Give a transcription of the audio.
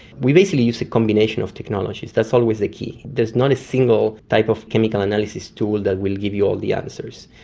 we basically use a combination of technologies, that's always the key. there's not a single type of chemical analysis tool that will give you all the answers.